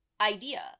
idea